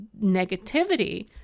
negativity